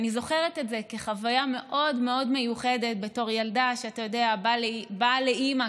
אני זוכרת את זה כחוויה מאוד מאוד מיוחדת בתור ילדה שבאה לאימא,